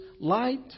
light